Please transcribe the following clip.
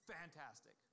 fantastic